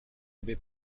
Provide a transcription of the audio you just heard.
avait